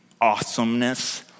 awesomeness